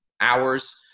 hours